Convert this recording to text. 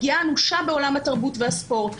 פגיעה אנושה בעולם התרבות והספורט.